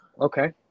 Okay